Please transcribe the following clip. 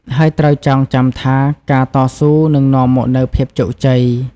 ហើយត្រូវចងចាំថា ការតស៊ូនឹងនាំមកនូវភាពជោគជ័យ។